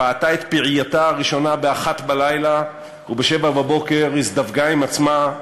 פעתה את פעייתה הראשונה ב-01:00 וב-07:00 הזדווגה עם עצמה,